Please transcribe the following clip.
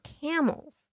camels